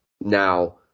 Now